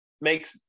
makes